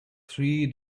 three